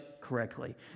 correctly